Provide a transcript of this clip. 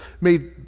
made